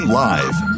live